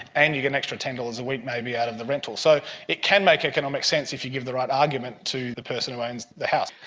and you get an extra ten dollars a week maybe out of the rental. so it can make economic sense if you give the right argument to the person who owns the house.